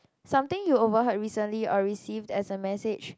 something you overheard recently or received as a message